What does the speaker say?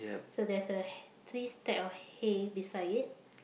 so there's a h~ three stack of hay beside it